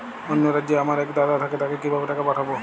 অন্য রাজ্যে আমার এক দাদা থাকে তাকে কিভাবে টাকা পাঠাবো?